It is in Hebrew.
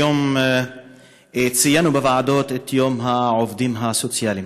היום ציינו בוועדות את יום העובדים הסוציאליים